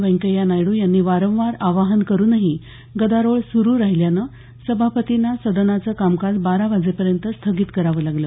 व्यंकय्या नायडू यांनी वारंवार आवाहन करूनही गदारोळ सुरू राहिल्यानं सभापतींना सदनाचं कामकाज बारा वाजेपर्यंत स्थगित करावं लागलं